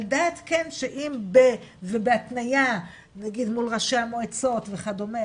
על דעת שאם ב- ובהתניה נגיד מול ראשי המועצות וכדומה,